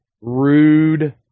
rude